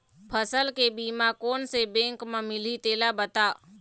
फसल के बीमा कोन से बैंक म मिलही तेला बता?